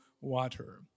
water